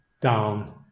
down